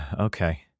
Okay